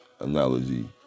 analogy